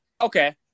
Okay